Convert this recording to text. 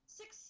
six